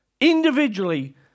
individually